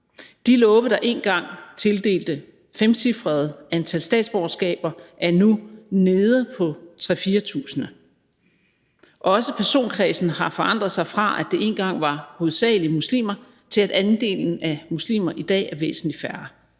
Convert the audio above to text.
De love, der engang tildelte femcifrede antal statsborgerskaber, er nu nede på at tildele 3-4.000. Også personkredsen har forandret sig fra, at det engang var hovedsagelig muslimer, til, at andelen af muslimer i dag er væsentlig mindre.